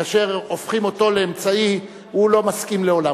כאשר הופכים אותו לאמצעי, הוא לא מסכים לעולם.